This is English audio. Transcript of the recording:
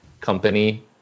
company